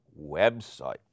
website